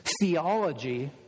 theology